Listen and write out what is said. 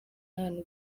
n’abantu